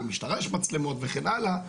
למשטרה יש מצלמות וכן הלאה,